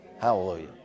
Hallelujah